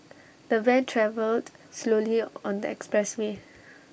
the van travelled slowly on the expressway